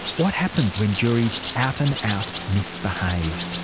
what happens when juries out and out misbehave?